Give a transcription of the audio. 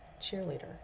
cheerleader